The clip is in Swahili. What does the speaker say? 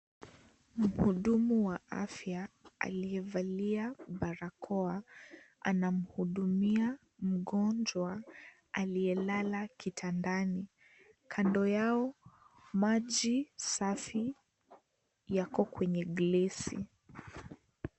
Mhudumu wa afya, aliyevalia barakoa, anamhudumia mgonjwa aliyelala kitandani. Kando yao, maji safi yako kwenye glasi.